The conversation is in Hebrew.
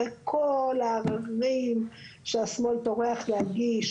אחרי כל העררים שהשמאל טורח להגיש